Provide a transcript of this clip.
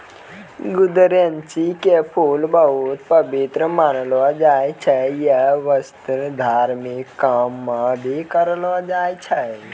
गुदरैंची के फूल बहुत पवित्र मानलो जाय छै यै वास्तं धार्मिक काम मॅ भी करलो जाय छै